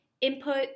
input